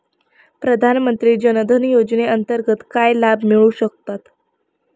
प्रधानमंत्री जनधन योजनेअंतर्गत काय लाभ मिळू शकतात?